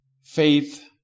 Faith